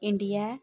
India